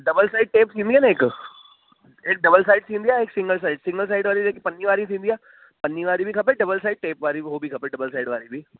double side tape ईंदी आहे न हिकु एक डबल साइड ईंदी आहे हिकु सिंगल साइड सिंगल साइड वारी जेके पन्नी वारी थींदी आहे पन्नी वारी बि खपे डबल साइड टेप वारी उहो बि खपे डबल साइड वारी बि